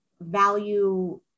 value